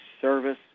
service